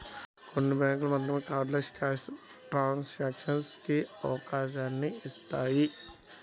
కొన్ని బ్యేంకులు మాత్రమే కార్డ్లెస్ క్యాష్ ట్రాన్సాక్షన్స్ కి అవకాశాన్ని ఇత్తన్నాయి